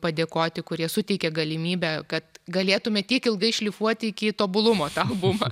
padėkoti kurie suteikė galimybę kad galėtume tiek ilgai šlifuoti iki tobulumo tą albumą